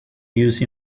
used